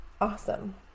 awesome